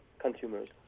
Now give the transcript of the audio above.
consumers